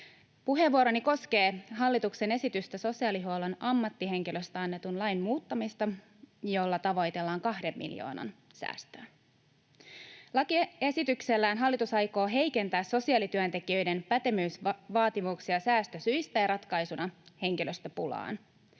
Puheenvuoroni koskee hallituksen esitystä sosiaalihuollon ammattihenkilöistä annetun lain muuttamisesta, jolla tavoitellaan kahden miljoonan säästöä. Lakiesityksellään hallitus aikoo heikentää sosiaalityöntekijöiden pätevyysvaatimuksia säästösyistä ja ratkaisuna henkilöstöpulaan.